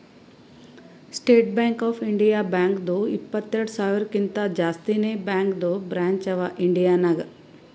state Bank of India ಬ್ಯಾಂಕ್ದು ಇಪ್ಪತ್ತೆರೆಡ್ ಸಾವಿರಕಿಂತಾ ಜಾಸ್ತಿನೇ ಬ್ಯಾಂಕದು ಬ್ರ್ಯಾಂಚ್ ಅವಾ ಇಂಡಿಯಾ ನಾಗ್